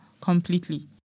completely